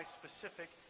specific